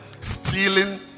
stealing